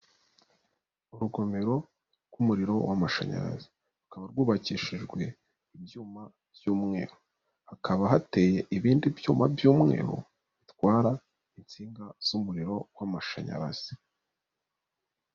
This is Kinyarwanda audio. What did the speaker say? Urugomero rw'umuriro w'amashanyarazi, rukaba rwubakishijwe ibyuma by'umweru, hakaba hateye ibindi byuma by'umweru bitwara insinga z'umuriro w'amashanyarazi.